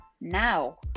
now